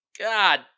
God